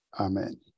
amen